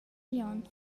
glion